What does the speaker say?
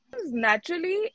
naturally